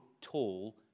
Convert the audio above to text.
tall